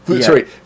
sorry